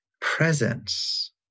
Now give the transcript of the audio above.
presence